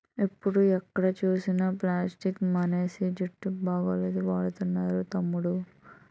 ఇప్పుడు ఎక్కడ చూసినా ప్లాస్టిక్ మానేసి జూట్ బాగులే వాడుతున్నారు తమ్ముడూ